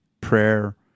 prayer